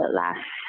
last